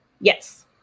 Yes